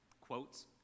quotes